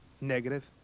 Negative